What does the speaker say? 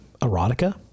erotica